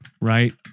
right